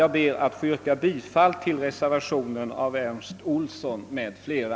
Jag ber att få yrka bifall till reservationen av herr Ernst Olsson m.fl.